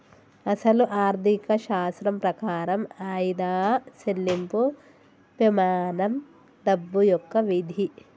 అసలు ఆర్థిక శాస్త్రం ప్రకారం ఆయిదా సెళ్ళింపు పెమానం డబ్బు యొక్క విధి